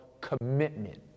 commitment